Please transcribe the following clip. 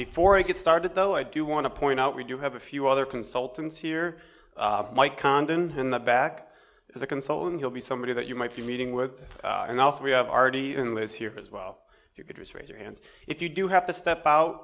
before i get started though i do want to point out we do have a few other consultants here mike condon in the back as a consultant you'll be somebody that you might be meeting with and also we have already in lives here as well you could raise your hands if you do have to step out